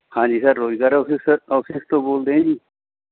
ਹਾਂਜੀ ਸਰ ਰੁਜ਼ਗਾਰ officer office ਤੋਂ ਬੋਲਦੇ ਹੋ ਜੀ